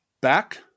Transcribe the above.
Back